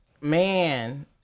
man